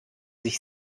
sich